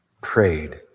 prayed